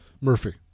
Murphy